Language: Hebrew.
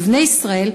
לבני ישראל,